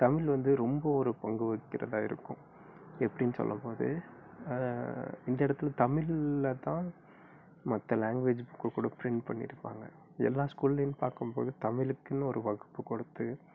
தமிழ் வந்து ரொம்ப ஒரு பங்கு விகிக்கிறதா இருக்கும் எப்படின்னு சொல்லும்போது இந்த இடத்துல தமிழில் தான் மற்ற லாங்வேஜி கூ கூட பிரிண்ட் பண்ணி இருப்பாங்க எல்லாம் ஸ்கூல்லையும் பார்க்கும்போது தமிழுக்குன்னு ஒரு வகுப்பு கொடுத்து